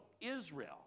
Israel